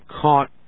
caught